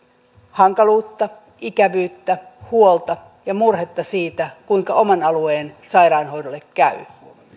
hankaluutta ikävyyttä huolta ja murhetta siitä kuinka oman alueen sairaanhoidolle käy